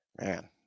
Man